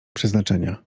przeznaczenia